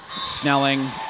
Snelling